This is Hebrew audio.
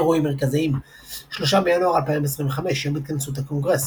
אירועים מרכזיים 3 בינואר 2025 יום התכנסות הקונגרס.